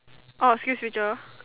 orh skillsfuture